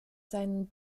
seinen